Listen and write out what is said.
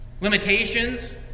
Limitations